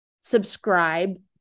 subscribe